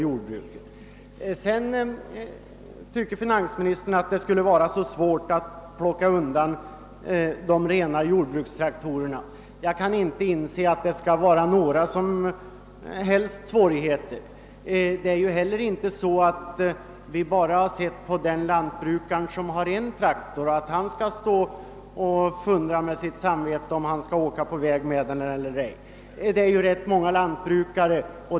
Finansministern tyckte att det skulle bli så svårt att plocka undan de rena jordbrukstraktorerna. Jag kan inte inse att det skulle medföra några som helst svårigheter. Vi har heller inte tänkt enbart på sådana lantbrukare som bara har en traktor och som måste fundera ut om han skall åka med den på väg eller ej.